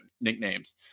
nicknames